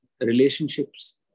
relationships